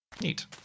Neat